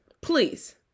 Please